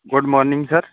good morning sir